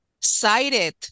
cited